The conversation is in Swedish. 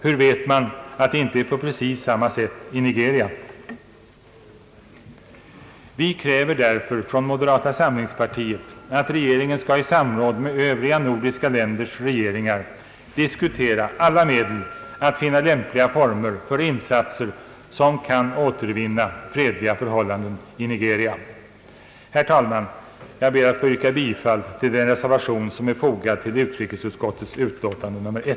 Hur vet man att det inte är på precis samma sätt i Nigeria? Vi kräver därför från moderata samlingspartiet att regeringen skall i samråd med övriga nordiska länders regeringar diskutera alla medel att finna lämpliga former för insatser som kan återvinna fredliga förhållanden i Nigeria.